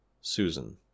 Susan